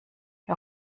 wer